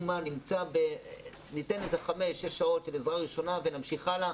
מה ניתן חמש-שש שעות של עזרה ראשונה ונמשיך הלאה.